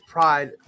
Pride